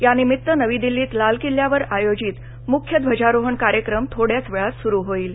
यानिमित्त नवी दिल्लीत लाल किल्ल्यावर आयोजित मुख्य ध्वजारोहण कार्यक्रम थोड्याच वेळात सुरू होईल